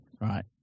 right